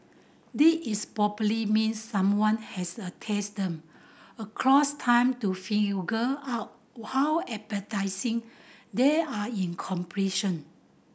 this is probably mean someone has a taste them across time to out how appetising they are in comparison